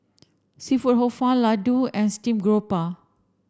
Seafood Hor Fun Laddu and steam grouper